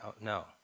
No